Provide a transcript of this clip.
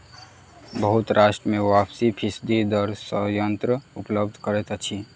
बहुत राष्ट्र में वार्षिक फीसदी दर सॅ ऋण उपलब्ध करैत अछि